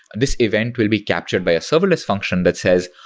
this event will be captured by a serverless function that says,